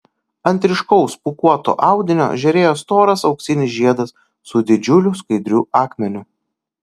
ant ryškaus pūkuoto audinio žėrėjo storas auksinis žiedas su didžiuliu skaidriu akmeniu